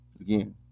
Again